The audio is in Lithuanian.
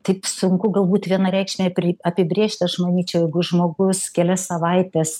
taip sunku galbūt vienareikšmiai apibrėžti aš manyčiau jeigu žmogus kelias savaites